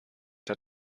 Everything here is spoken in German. der